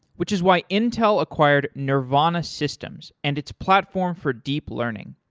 which is why intel acquired nervana systems and its platform for deep learning.